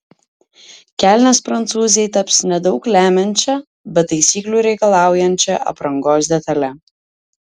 kelnės prancūzei taps nedaug lemiančia bet taisyklių reikalaujančia aprangos detale